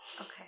Okay